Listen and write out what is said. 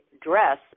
dress